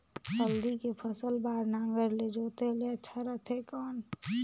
हल्दी के फसल बार नागर ले जोते ले अच्छा रथे कौन?